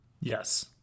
Yes